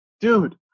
Dude